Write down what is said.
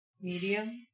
Medium